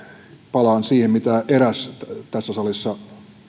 palaan siihen mitä eräs tämän